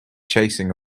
chasing